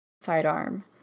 sidearm